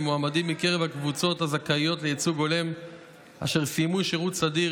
למועמדים מקרב הקבוצות הזכאיות לייצוג הולם אשר סיימו שירות סדיר,